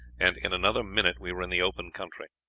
and in another minute we were in the open country.